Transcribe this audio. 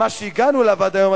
ומה שהגענו אליו עד היום,